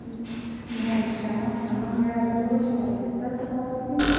یِوان چھِ شامَس پَنُن گَرٕ دۄہَس چھِ پیٚوان اَسہِ ستھ کلاس دِن